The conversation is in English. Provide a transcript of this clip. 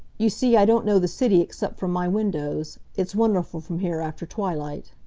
you see, i don't know the city except from my windows. it's wonderful from here after twilight.